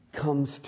comes